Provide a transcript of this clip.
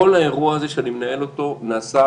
כל האירוע הזה שאני מנהל אותו נעשה,